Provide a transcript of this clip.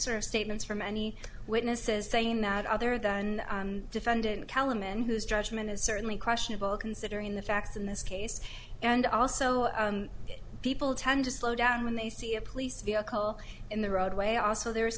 sort of statements from any witnesses saying that other than defendant kalam and whose judgement is certainly questionable considering the facts in this case and also people tend to slow down when they see a police vehicle in the roadway also there